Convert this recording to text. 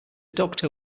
doctor